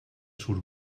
surt